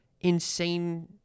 insane